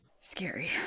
Scary